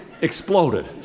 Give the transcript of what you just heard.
exploded